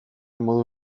modu